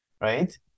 right